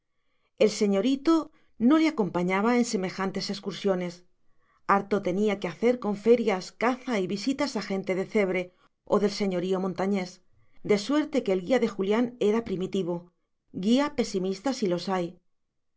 el señorito no le acompañaba en semejantes excursiones harto tenía que hacer con ferias caza y visitas a gentes de cebre o del señorío montañés de suerte que el guía de julián era primitivo guía pesimista si los hay